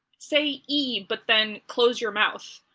say eee but then close your mouth,